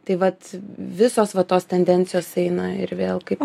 tai vat visos va tos tendencijos eina ir vėl kaip